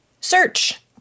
Search